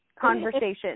conversation